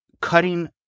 cutting